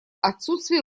отсутствие